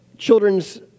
children's